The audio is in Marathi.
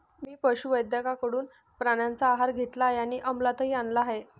मी पशुवैद्यकाकडून प्राण्यांचा आहार घेतला आहे आणि अमलातही आणला आहे